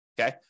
Okay